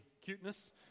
cuteness